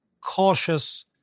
cautious